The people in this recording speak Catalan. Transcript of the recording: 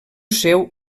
seu